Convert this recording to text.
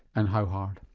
and how hard?